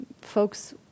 folks